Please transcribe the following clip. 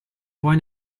vuoi